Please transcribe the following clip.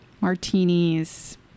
martinis